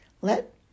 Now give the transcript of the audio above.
Let